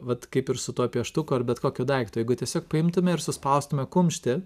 vat kaip ir su tuo pieštuku ar bet kokiu daiktu jeigu tiesiog paimtume ir suspaustume kumštį